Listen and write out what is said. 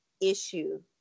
issue